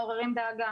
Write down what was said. מעוררים דאגה"